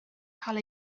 cael